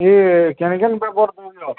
ଏ କେନ୍ କେନ୍ ପେପର୍ ଦେଉଛ